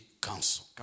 council